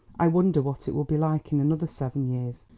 i wonder what it will be like in another seven years.